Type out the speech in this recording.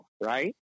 right